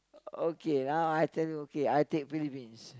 okay now I tell you okay I take Philippines